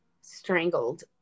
strangled